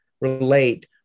relate